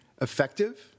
effective